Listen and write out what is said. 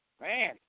man